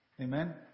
Amen